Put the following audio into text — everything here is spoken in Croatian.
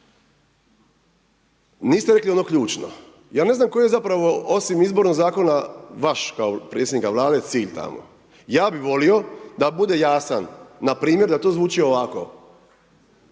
Niste rekli ono ključno. Ja ne znam koji je zapravo osim Izbornog zakona vaš kao predsjednika Vlade cilj tamo. Ja bih volio da bude jasan, npr. da to zvuči ovako,